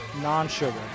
non-sugar